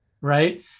right